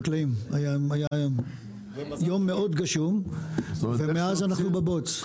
היה יום מאוד גשום ומאז אנחנו בבוץ.